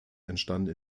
entstanden